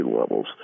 levels